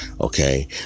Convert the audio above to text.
Okay